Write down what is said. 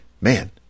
Man